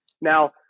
Now